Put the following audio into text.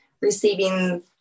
receiving